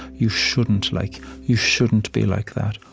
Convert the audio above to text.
you shouldn't like, you shouldn't be like that?